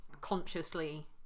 consciously